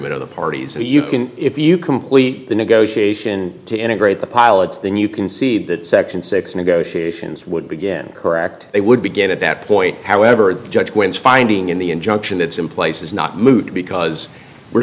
agreement of the parties so you can if you complete the negotiation to integrate the pilots then you can see that section six negotiations would begin correct they would begin at that point however the judge wins finding in the injunction that's in place is not moot because we're